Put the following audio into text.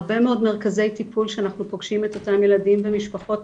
הרבה מאוד מרכזי טיפול שאנחנו פוגשים את אותם ילדים במשפחות,